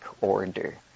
order